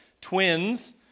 twins